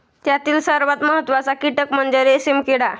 त्यातील सर्वात महत्त्वाचा कीटक म्हणजे रेशीम किडा